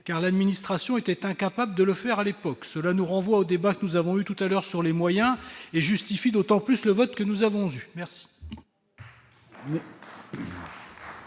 car l'administration était incapable de le faire à l'époque, cela nous renvoie au débat que nous avons eu tout à l'heure sur les moyens et justifie d'autant plus que le vote que nous avons eu merci.